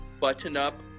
button-up